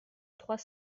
trois